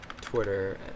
Twitter